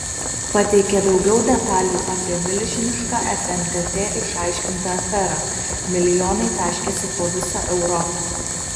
pateikė daugiau detalių apie milžinišką fntt išaiškintą aferą milijonai taškėsi po visą europą